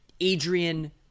Adrian